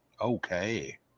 Okay